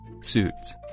Suits